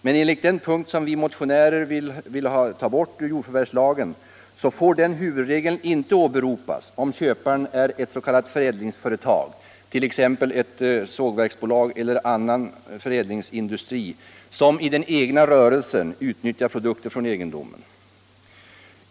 Men enligt den punkt som vi motionärer vill ta bort ur jordförvärvslagen får den huvudregeln inte åberopas om köparen är ett s.k. förädlingsföretag, t.ex. ett sågverksbolag eller en annan föräd lingsindustri som i den egna rörelsen utnyttjar produkter från egendomen.